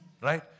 right